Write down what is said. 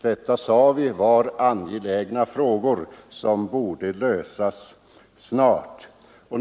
Detta var, sade vi, angelägna frågor, som borde lösas snarast.